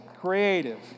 Creative